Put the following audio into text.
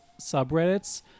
subreddits